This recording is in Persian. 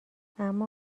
اما